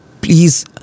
please